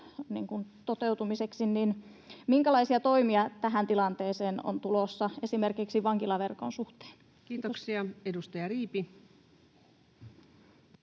toteutumiseksi, niin minkälaisia toimia tähän tilanteeseen on tulossa esimerkiksi vankilaverkon suhteen? — Kiitos. [Speech 333]